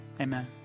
Amen